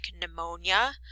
pneumonia